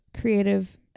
creative